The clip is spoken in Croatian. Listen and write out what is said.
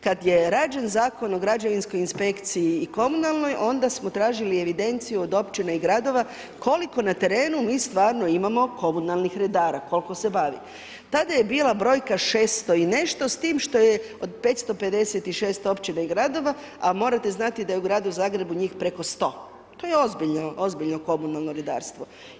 Kada je rađen Zakon o građevinskoj inspekciji i komunalnoj onda smo tražili evidenciju od općina i gradova koliko na terenu mi stvarno imamo komunalnih redara koliko se bavi, tada je bila brojka 600 i nešto, s tim što je od 556 općina i gradova, a morate znati da je u gradu Zagrebu njih preko 100, to je ozbiljno komunalno redarstvo.